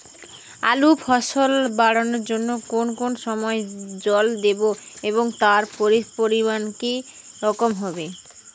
আলুর ফলন বাড়ানোর জন্য কোন কোন সময় জল দেব এবং তার পরিমান কি রকম হবে?